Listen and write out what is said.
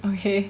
okay